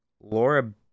Laura